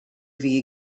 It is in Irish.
bhí